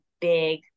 big